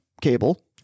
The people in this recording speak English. cable